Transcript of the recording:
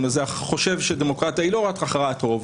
אך חושב שדמוקרטיה היא לא רק הכרעת רוב.